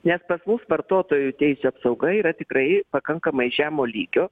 nes pas mus vartotojų teisių apsauga yra tikrai pakankamai žemo lygio